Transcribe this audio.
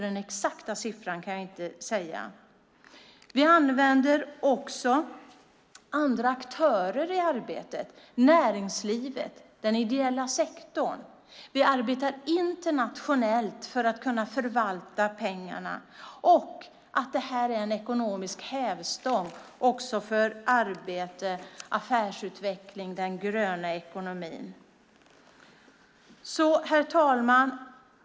Den exakta siffran kan jag inte säga. Vi använder också andra aktörer i arbetet, näringslivet och den ideella sektorn. Vi arbetar internationellt för att kunna förvalta pengarna. Det här är en ekonomisk hävstång också för arbete, affärsutveckling och den gröna ekonomin. Herr talman!